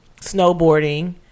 snowboarding